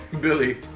Billy